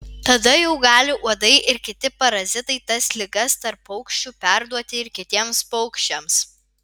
tada jau gali uodai ir kiti parazitai tas ligas tarp paukščių perduoti ir kitiems paukščiams